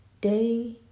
day